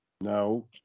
No